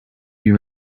you